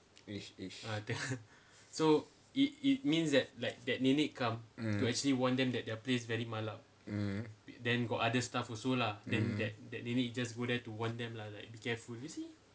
ish ish mm mmhmm mmhmm